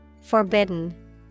Forbidden